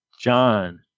John